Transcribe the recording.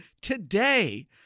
Today